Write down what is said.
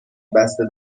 بسته